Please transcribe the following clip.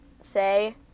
say